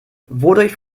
wodurch